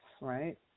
right